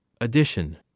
Addition